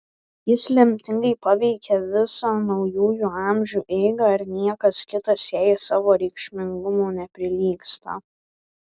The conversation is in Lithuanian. jis lemtingai paveikė visą naujųjų amžių eigą ir niekas kitas jai savo reikšmingumu neprilygsta